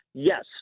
Yes